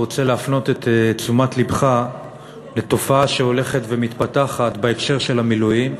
רוצה להפנות את תשומת לבך לתופעה שהולכת ומתפתחת בהקשר של המילואים,